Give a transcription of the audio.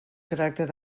caràcter